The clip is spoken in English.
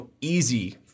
easy